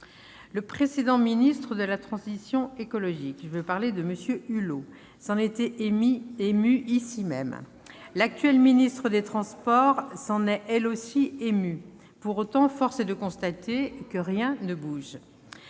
Le précédent ministre de la transition écologique- je veux parler de M. Hulot-s'en était ému dans cette enceinte. L'actuelle ministre des transports s'en est elle aussi émue. Pour autant, force est de constater que rien ne bouge.